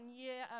year